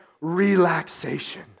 relaxation